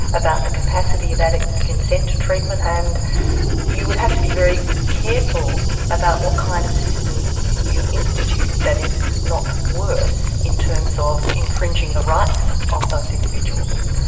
about the capacity of addicts to consent to treatment, and you would have to be very careful about what kind of system you institute, that it's not worse in terms of infringing the rights of those individuals.